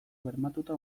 bermatuta